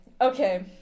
Okay